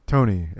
Tony